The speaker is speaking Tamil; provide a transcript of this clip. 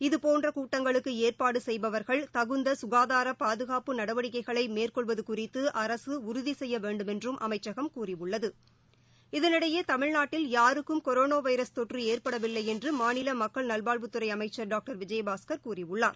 இதுபோன்றகூட்டங்களுக்குஏற்பாடுசெய்பவர்கள் தகுந்தசுகாதாரபாதுகாப்பு நடவடிக்கைகளைமேற்கொள்வதுகுறித்துஅரசுஉறுதிசெய்யவேண்டுமென்றும் அமைச்சகம் கூறியுள்ளது இதனிடையேதமிழ்நாட்டில் யாருக்கும் கொரோனாவைரஸ் தொற்றுஏற்படவில்லைஎன்றுமாநிலமக்கள் நல்வாழ்வுத்துறைஅமைச்சர் டாக்டர் விஜயபாஸ்கர் கூறியுள்ளார்